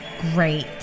Great